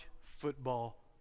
football